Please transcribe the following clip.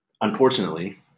Unfortunately